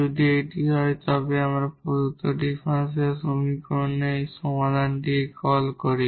যদি এটি হয় তবে আমরা প্রদত্ত ডিফারেনশিয়াল সমীকরণের একটি সমাধানকে কল করি